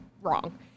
wrong